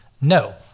no